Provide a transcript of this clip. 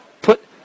put